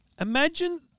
imagine